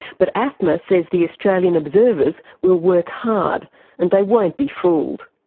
but afma says the australian observers will work hard and they won't be fooled.